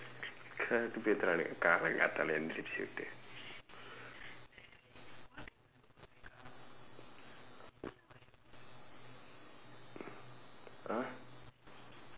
கடுப்பேத்துறானுங்க காலங்காத்தால ஏஞ்சுப்புட்டு:kaduppeeththuraanungkee kaalangkaaththaala eenjsupputdu !huh!